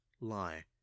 Lie